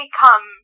come